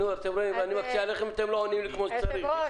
אתם רואים, אני מציע לכם ואתם לא עונים כפי שצריך.